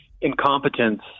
incompetence